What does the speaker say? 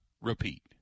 repeat